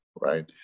right